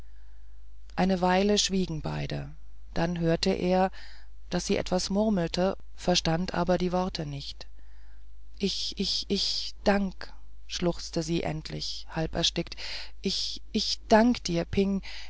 eine weile schwiegen beide dann hörte er daß sie etwas murmelte verstand aber die worte nicht ichichich dank schluchzte sie endlich halberstickt ichich dank dir ping